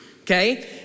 Okay